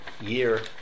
year